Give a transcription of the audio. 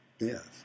yes